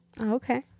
Okay